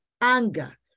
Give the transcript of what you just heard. anger